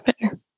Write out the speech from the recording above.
better